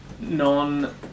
non